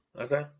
Okay